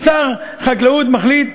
שר החקלאות מחליט,